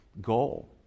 goal